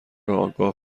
آگاه